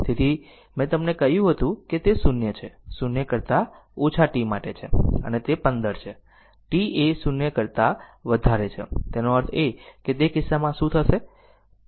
તેથી મેં તમને કહ્યું હતું કે તે 0 છે 0 કરતાં ઓછા t માટે છે અને તે 15 છે t એ 0 કરતા વધારે છે એનો અર્થ એ કે તે કિસ્સામાં શું થશે